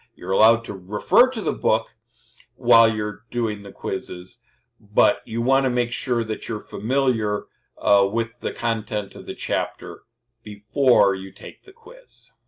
you're allowed to refer to the book while you're doing the quizzes but you want to make sure that you're familiar with the content of the chapter before you take the quiz.